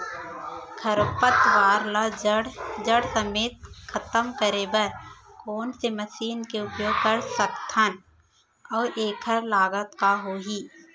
खरपतवार ला जड़ समेत खतम करे बर कोन से मशीन के उपयोग कर सकत हन अऊ एखर लागत का होही?